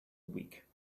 week